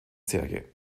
serie